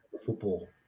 football